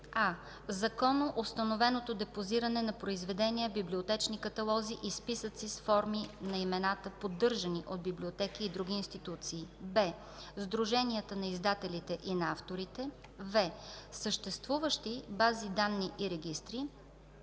а) законоустановеното депозиране на произведения, библиотечни каталози и списъци с форми на имената, поддържани от библиотеки и други институции; б) сдруженията на издателите и на авторите; в) съществуващи бази данни и регистри,